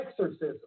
exorcism